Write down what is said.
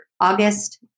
August